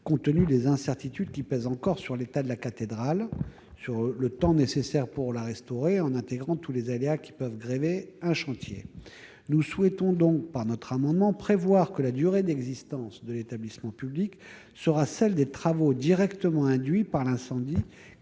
compte tenu des incertitudes qui pèsent encore sur l'état de la cathédrale et sur le temps nécessaire pour la restaurer, au regard de tous les aléas qui peuvent affecter un chantier. Nous souhaitons, par notre amendement, prévoir que la durée d'existence de l'établissement public sera celle des travaux directement induits par l'incendie